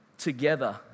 together